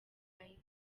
yahitaga